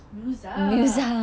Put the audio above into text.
musa